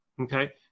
Okay